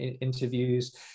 interviews